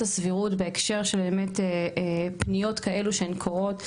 הסבירות בהקשר של באת פניות כאלו שהן קורות,